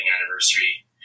anniversary